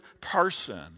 person